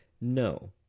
No